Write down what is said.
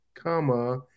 comma